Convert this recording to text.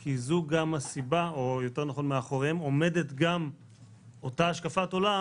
כי מאחוריהם עומדת גם אותה השקפת עולם